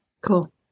cool